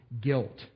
guilt